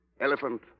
Elephant